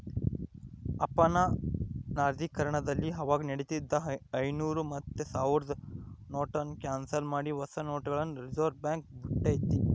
ಅಪನಗದೀಕರಣದಲ್ಲಿ ಅವಾಗ ನಡೀತಿದ್ದ ಐನೂರು ಮತ್ತೆ ಸಾವ್ರುದ್ ನೋಟುನ್ನ ಕ್ಯಾನ್ಸಲ್ ಮಾಡಿ ಹೊಸ ನೋಟುಗುಳ್ನ ರಿಸರ್ವ್ಬ್ಯಾಂಕ್ ಬುಟ್ಟಿತಿ